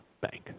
bank